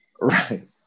Right